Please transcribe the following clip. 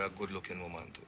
ah good-looking woman,